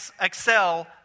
excel